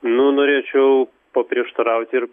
nu norėčiau paprieštarauti ir